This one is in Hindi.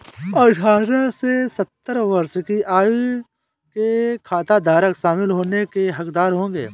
अठारह से सत्तर वर्ष की आयु के खाताधारक शामिल होने के हकदार होंगे